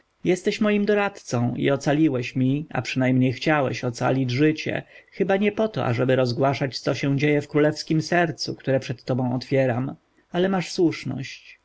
jesteś moim doradcą i ocaliłeś mi a przynajmniej chciałeś ocalić życie chyba nie poto ażeby rozgłaszać co się dzieje w królewskiem sercu które przed tobą otwieram ale masz słuszność